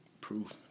proof